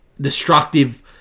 destructive